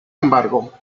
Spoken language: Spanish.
embargo